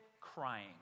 crying